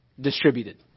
distributed